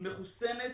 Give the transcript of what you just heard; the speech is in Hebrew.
מחוסן,